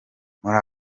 muri